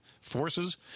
forces